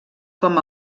com